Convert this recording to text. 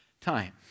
time